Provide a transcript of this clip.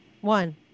One